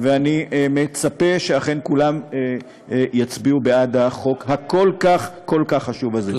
ואני מצפה שאכן כולם יצביעו בעד החוק הכל-כך-כל-כך חשוב הזה.